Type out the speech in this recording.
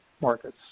markets